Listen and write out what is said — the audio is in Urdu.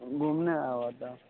گھومنے آیا ہوا تھا